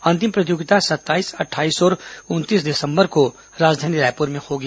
अंतिम प्रतियोगिता सत्ताईस अट्ठाईस और उनतीस दिसंबर को राजधानी रायपुर में होगी